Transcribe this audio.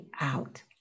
out